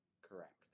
Correct